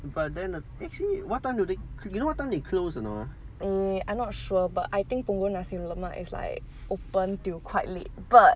eh I'm not sure but I think punggol nasi lemak is like open till quite late but